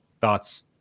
Thoughts